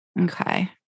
Okay